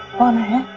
money.